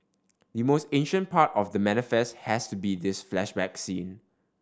the most ancient part of The Manifest has to be this flashback scene